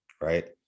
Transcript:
right